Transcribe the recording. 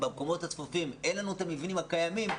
במקומות הצפופים אין לנו את המבנים הקיימים.